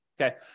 okay